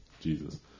Jesus